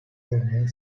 örneğin